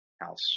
house